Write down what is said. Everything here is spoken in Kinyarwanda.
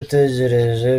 ategereje